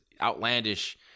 outlandish